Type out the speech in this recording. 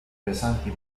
pesanti